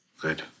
Good